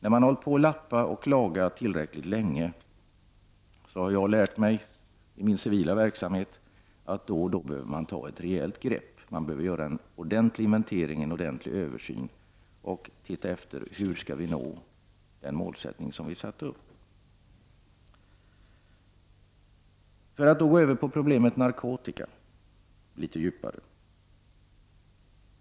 I min civila verksamhet har jag lärt mig att när man hållit på att lappa och laga tillräckligt länge, behöver man då och då ta ett rejält grepp, göra en ordentlig inventering, en översyn, och se efter hur vi skall nå de mål som vi har satt upp. Jag vill nu gå över till att behandla problemet narkotika litet djupare.